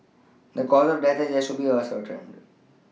the cause of death has yet to be ascertained